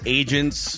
agents